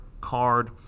card